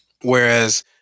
Whereas